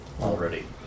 already